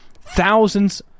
thousands